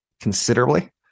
considerably